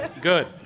good